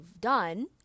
done